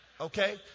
Okay